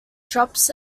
shops